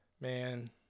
man